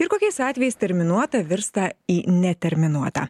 ir kokiais atvejais terminuota virsta į neterminuotą